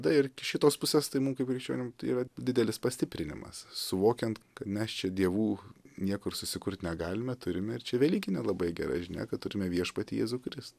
tai ir iš kitos pusės tai mum kaip krikščionim yra didelis pastiprinimas suvokiant kad mes čia dievų niekur susikurt negalime turime ir čia velykinė labai gera žinia kad turime viešpatį jėzų kristų